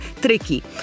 tricky